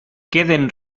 queden